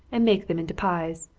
and make them into pies.